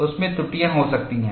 उसमें त्रुटियां हो सकती हैं